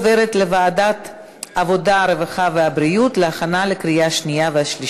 לוועדת העבודה, הרווחה והבריאות נתקבלה.